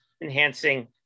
enhancing